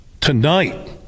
tonight